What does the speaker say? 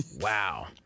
Wow